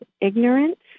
ignorance